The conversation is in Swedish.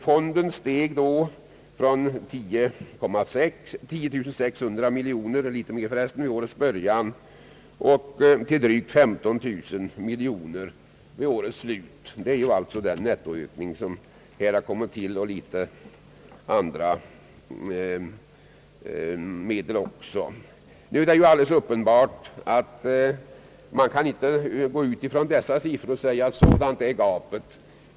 Fonden steg då från litet mer än 10600 miljoner kronor vid årets början till drygt 15 000 miljoner kronor vid årets slut. Det är alltså den nettoökning som inträtt — även genom en del andra medel också. Det är uppenbart att man inte kan utgå från dessa siffror och säga, att sådant är gapet.